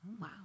Wow